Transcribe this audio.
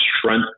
strength